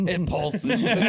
Impulsive